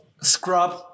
scrub